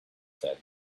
said